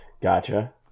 Gotcha